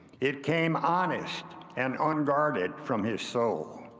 it came honest and unguarded from his soul.